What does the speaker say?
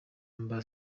leta